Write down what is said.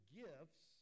gifts